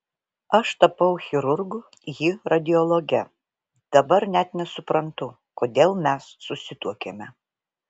aš tapau chirurgu ji radiologe dabar net nesuprantu kodėl mes susituokėme